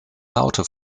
laute